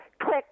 Click